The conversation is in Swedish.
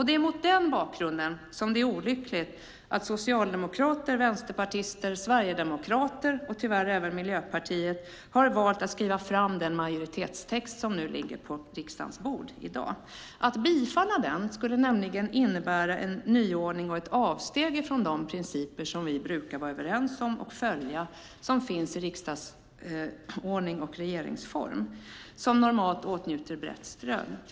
Det är mot denna bakgrund som det är olyckligt att socialdemokrater, vänsterpartister, sverigedemokrater och tyvärr även miljöpartister har valt att skriva fram den majoritetstext som ligger på riksdagens bord i dag. Att bifalla den skulle nämligen innebära en nyordning och ett avsteg från de principer som vi brukar vara överens om och följa och som finns i riksdagsordning och regeringsform. Normalt åtnjuter de brett stöd.